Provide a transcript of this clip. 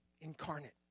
incarnate